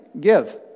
give